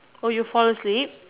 oh you fall asleep